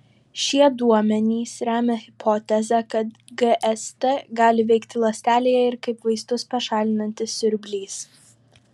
šie duomenys remia hipotezę kad gst gali veikti ląstelėje ir kaip vaistus pašalinantis siurblys